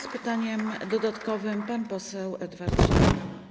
Z pytaniem dodatkowym pan poseł Edward Siarka.